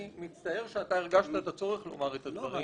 אני מצטער שאתה הרגשת את הצורך לומר את הדברים.